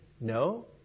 No